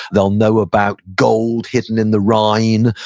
they'll know about gold hidden in the rhine.